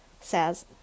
says